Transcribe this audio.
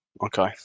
Okay